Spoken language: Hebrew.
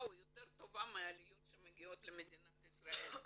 או יותר טובה מהעליות שמגיעות למדינת ישראל.